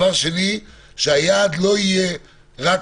2. שהיעד לא יהיה רק